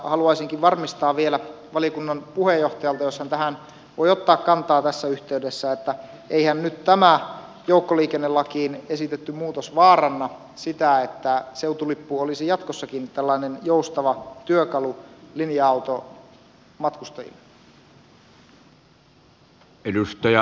haluaisinkin varmistaa vielä valiokunnan puheenjohtajalta jos hän tähän voi ottaa kantaa tässä yhteydessä että eihän nyt tämä joukkoliikennelakiin esitetty muutos vaaranna sitä että seutulippu olisi jatkossakin tällainen joustava työkalu linja automatkustajille